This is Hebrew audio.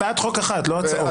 הצעת חוק אחת, לא הצעות.